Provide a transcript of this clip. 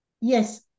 Yes